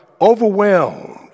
overwhelmed